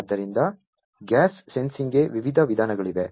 ಆದ್ದರಿಂದ ಗ್ಯಾಸ್ ಸೆನ್ಸಿಂಗ್ಗೆ ವಿವಿಧ ವಿಧಾನಗಳಿವೆ